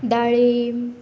दाळी